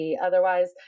Otherwise